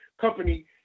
company